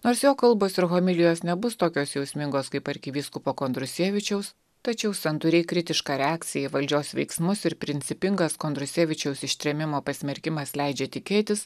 nors jo kalbos ir homilijos nebus tokios jausmingos kaip arkivyskupo kondrusevičiaus tačiau santūriai kritiška reakcija į valdžios veiksmus ir principingas kondrusevičiaus ištrėmimo pasmerkimas leidžia tikėtis